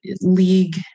league